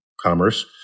commerce